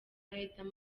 riderman